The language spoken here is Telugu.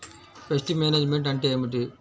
పెస్ట్ మేనేజ్మెంట్ అంటే ఏమిటి?